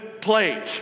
plate